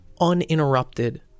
uninterrupted